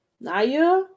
Naya